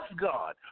God